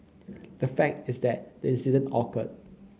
the fact is that the incident occurred